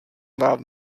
vám